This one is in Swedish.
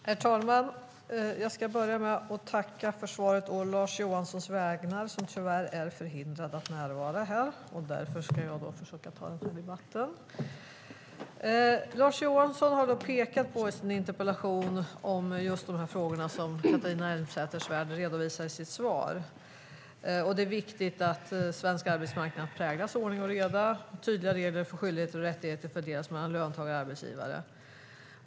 Herr talman! Jag ska börja med att tacka för svaret å Lars Johanssons vägnar. Han är tyvärr förhindrad att närvara här, därför ska jag försöka ta den här debatten. Lars Johansson har i sin interpellation pekat på just de frågor som Catharina Elmsäter-Svärd redovisar i sitt svar. Det är viktigt att svensk arbetsmarknad präglas av ordning och reda, med tydliga regler för hur skyldigheter och rättigheter fördelas mellan löntagare och arbetsgivare.